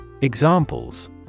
Examples